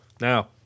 Now